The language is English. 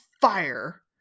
fire